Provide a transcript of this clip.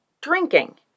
drinking